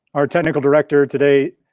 our technical director today,